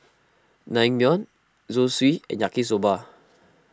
Naengmyeon Zosui and Yaki Soba